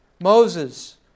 Moses